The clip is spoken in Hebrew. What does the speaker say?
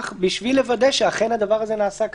בשביל לוודא שאכן הדבר הזה נעשה כך.